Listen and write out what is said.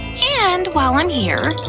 and while i'm here,